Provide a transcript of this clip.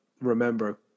remember